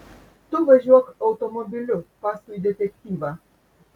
tu važiuok automobiliu paskui detektyvą